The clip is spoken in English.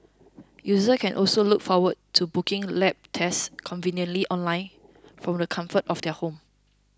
users can also look forward to booking lab tests conveniently online from the comfort of their home